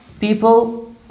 people